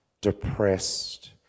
depressed